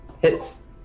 Hits